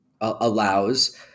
allows